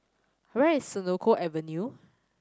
where is Senoko Avenue